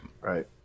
Right